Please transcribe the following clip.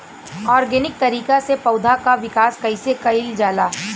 Organic तरीका से पौधा क विकास कइसे कईल जाला?